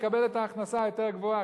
לקבל את ההכנסה היותר גבוהה,